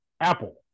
Apple